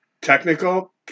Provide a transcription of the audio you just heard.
technical